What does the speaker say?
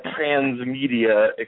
transmedia